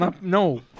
No